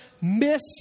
miss